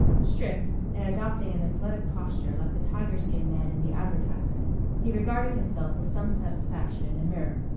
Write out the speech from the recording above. stripped, and adopting an athletic posture like the tiger-skin man in the advertisement he regarded himself with some satisfaction in the mirror,